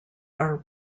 are